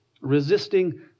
Resisting